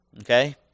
Okay